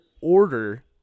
order